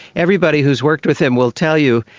everybody who has worked with him will tell you,